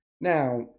Now